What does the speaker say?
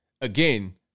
again